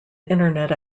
internet